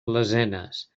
lesenes